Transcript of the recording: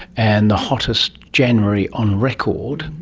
and the hottest january on record.